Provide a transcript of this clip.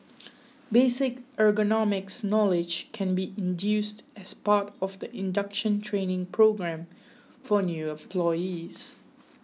basic ergonomics knowledge can be included as part of the induction training programme for new employees